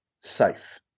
safe